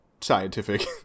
scientific